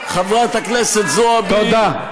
עכשיו, חברת הכנסת זועבי, תודה.